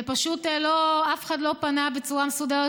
ופשוט אף אחד לא פנה בצורה מסודרת,